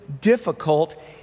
difficult